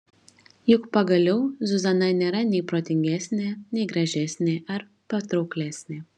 juk pagaliau zuzana nėra nei protingesnė nei gražesnė ar patrauklesnė